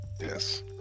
yes